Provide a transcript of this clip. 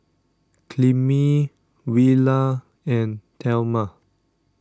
Clemie Willa and thelma